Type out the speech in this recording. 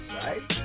right